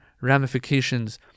ramifications